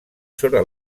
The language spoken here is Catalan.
sobre